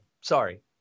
Sorry